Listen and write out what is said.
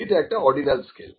এটা একটা ordinal scale